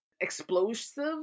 Explosive